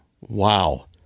Wow